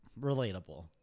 Relatable